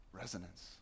resonance